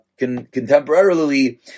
contemporarily